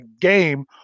game